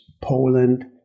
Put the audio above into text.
Poland